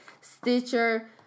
Stitcher